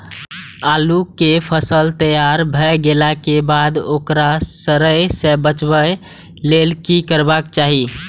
आलू केय फसल तैयार भ गेला के बाद ओकरा सड़य सं बचावय लेल की करबाक चाहि?